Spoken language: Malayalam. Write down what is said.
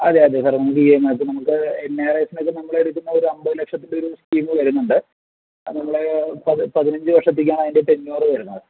അതെയതെ സാറെ നമുക്ക് നമുക്ക് എൻ ആർ ഐസിനൊക്കെ നമ്മളെടുക്കുന്ന ഒരു അമ്പതു ലക്ഷത്തിൻ്റെ ഒരു സ്കീം വരുന്നുണ്ട് അത് നമ്മൾ പതിനഞ്ചു വർഷത്തേക്കാണ് അതിൻ്റെ ടെന്നൂർ വരുന്നത്